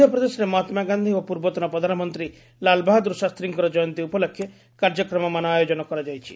ମଧ୍ୟପ୍ରଦେଶରେ ମହାତ୍ମାଗାନ୍ଧି ଓ ପୂର୍ବତନ ପ୍ରଧାନମନ୍ତ୍ରୀ ଲାଲବାହାଦୁର ଶାସ୍ତୀଙ୍କ ଜୟନ୍ତୀ ଉପଲକ୍ଷେ କାର୍ଯ୍ୟକ୍ରମମାନ ଆୟୋଜନ କରାଯାଇଛି